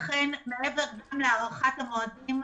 לכן מעבר להארכת המועדים,